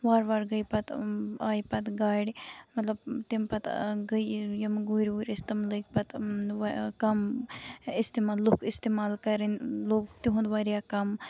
وارٕ وارٕ گٔے پَتہٕ آیہِ پَتہٕ گاڑِ مطلب تَمہِ پَتہٕ گٔے یہِ یِم گُرۍ وُرۍ ٲسۍ تٔمۍ لٔگۍ کَم اِستعمال لُکھ اِستعمال کَرٕنۍ لوٚگ تِہُند واریاہ کَم